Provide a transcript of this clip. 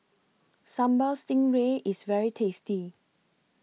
Sambal Stingray IS very tasty